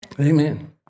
Amen